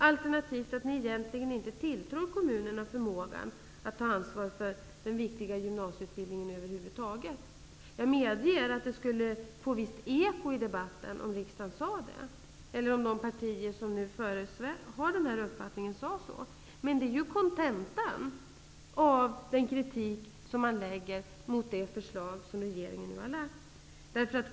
Alternativet är att ni egentligen inte tilltror kommunerna förmågan att ta ansvar för den viktiga gymnasieutbildningen över huvud taget. Jag medger att det skulle få visst eko i debatten om riksdagen uttalade det eller om de partier som nu har den uppfattningen sade så, men det är ju kontentan av den kritik som man riktar mot det förslag som regeringen nu har lagt fram.